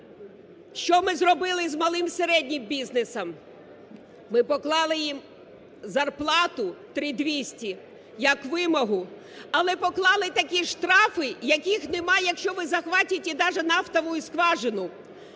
Що ми зробили з малим і середнім бізнесом? Ми поклали їм зарплату 3 тисячі 200 як вимогу. Але поклали такі штрафи, яких немає, якщо ви захватите даже навіть нафтову скважину.